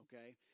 okay